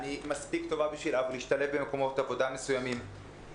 אני מספיק טובה בשביל להשתלב במקומות עבודה מסוימים.